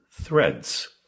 threads